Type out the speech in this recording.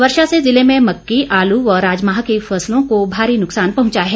वर्षा से जिले में मक्की आलू व राजमाह की फसलों को भारी नुकसान पहुंचा है